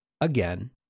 again